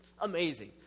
amazing